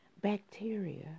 bacteria